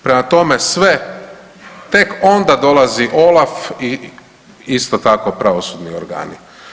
Prema tome, sve tek onda dolazi OLAF i isto tako pravosudni organi.